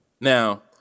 Now